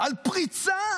על פריצה